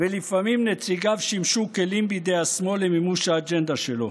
ולפעמים נציגיו שימשו כלים בידי השמאל למימוש האג'נדה שלו.